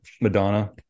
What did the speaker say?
madonna